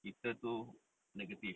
kita too negative